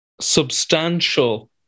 substantial